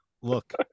Look